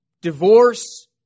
divorce